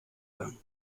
lang